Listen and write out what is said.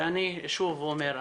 ואני שוב אומר,